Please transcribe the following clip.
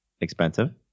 expensive